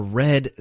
red